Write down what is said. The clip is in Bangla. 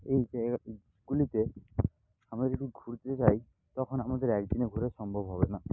এই জায়গাগুলিতে আমরা যদি ঘুরতে যাই তখন আমাদের এক দিনে ঘোরা সম্ভব হবে না